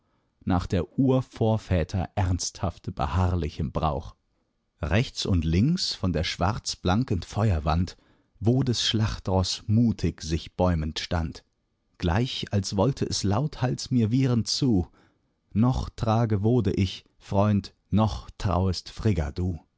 nach der urvorväter ernsthaft beharrlichem brauch rechts und links von der schwarzblanken feuerwand wodes schlachtroß mutig sich bäumend stand gleich als wollte es lauthals mir wiehern zu noch trage wode ich freund noch trauest frigga du